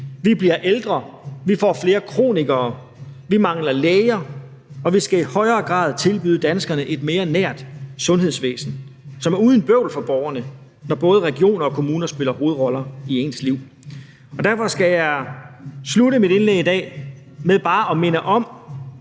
Vi bliver ældre. Vi får flere kronikere. Vi mangler læger, og vi skal i højere grad tilbyde danskerne et mere nært sundhedsvæsen, som er uden bøvl for borgerne, når både regioner og kommuner spiller hovedroller i ens liv. Derfor skal jeg slutte mit indlæg i dag med bare at minde om,